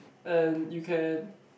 and you can